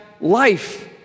life